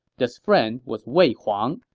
this friend was wei huang,